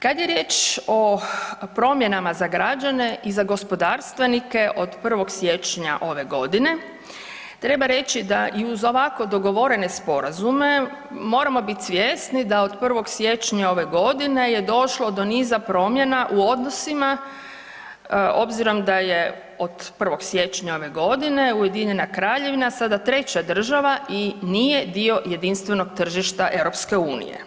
Kad je riječ o promjenama za građane i za gospodarstvenike od 1. siječnja ove godine, treba reći da i uz ovako dogovorene sporazume, moramo biti svjesni da od 1. siječnja ove godine je došlo do niza promjena u odnosima obzirom da je od 1. siječnja ove godine UK sada treća država i nije dio jedinstvenog tržišta EU.